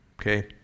okay